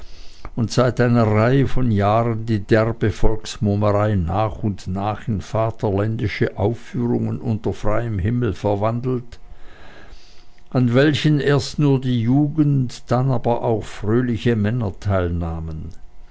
und seit einer reihe von jahren die derbe volksmummerei nach und nach in vaterländische aufführungen unter freiem himmel verwandelt an welchen erst nur die jugend dann aber auch fröhliche männer teilnahmen